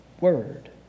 word